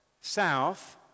south